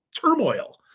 turmoil